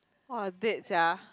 !wah! dead sia